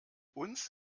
uns